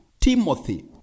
Timothy